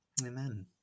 Amen